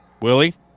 Willie